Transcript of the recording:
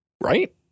Right